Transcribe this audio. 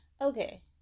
okay